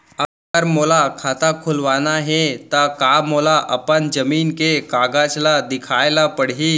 अगर मोला खाता खुलवाना हे त का मोला अपन जमीन के कागज ला दिखएल पढही?